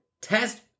test